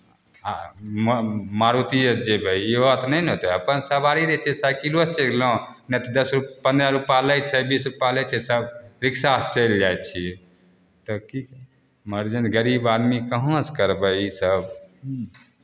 आ मा मारुतिएसँ जयबै ई बात नहि ने हेतै अपन सवारी रहै छै साइकिलोसँ चलि गेलहुँ नहि तऽ दस रु रु पन्द्रह रुपैआ लै छै बीस रुपैआ लै छै सभ रिक्शासँ चलि जाइ छियै तऽ की मरजेंस नहि गरीब आदमी कहाँसँ करबै इसभ